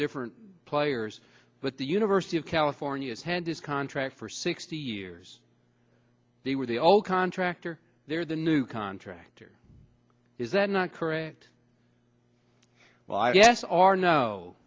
different players but the university of california has had this contract for sixty years they were the old contractor they're the new contractor is that not correct well